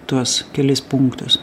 tuos kelis punktus